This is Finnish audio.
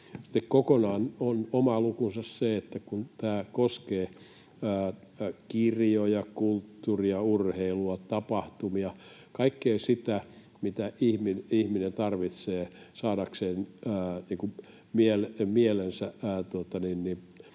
kokonaan oma lukunsa on se, että kun tämä koskee kirjoja, kulttuuria, urheilua, tapahtumia, kaikkea sitä, mitä ihminen tarvitsee saadakseen mielensä